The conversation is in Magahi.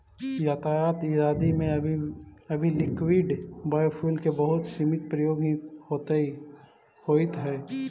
यातायात इत्यादि में अभी लिक्विड बायोफ्यूल के बहुत सीमित प्रयोग ही होइत हई